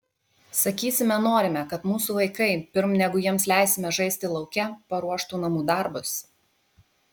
sakysime norime kad mūsų vaikai pirm negu jiems leisime žaisti lauke paruoštų namų darbus